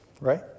right